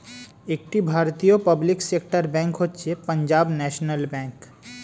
একটি ভারতীয় public sector bank হচ্ছে পাঞ্জাব ন্যাশনাল ব্যাঙ্ক